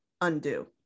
undo